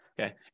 okay